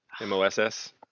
M-O-S-S